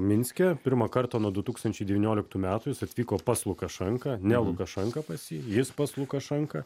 minske pirmą kartą nuo du tūkstančiai devynioliktų metų jis atvyko pas lukašenką ne lukašenka pas jį jis pas lukašenką